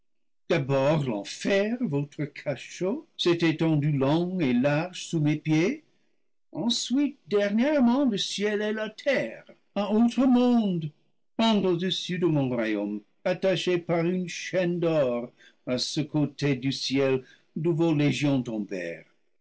d'abord l'enfer votre cachot s'est étendu long et large sous mes pieds ensuite dernièrement leciel et la terre un autre monde pendent au-dessus de mon royaume attachés par une chaîne d'or à ce et côté du ciel d'où vos